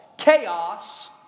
chaos